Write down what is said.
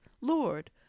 Lord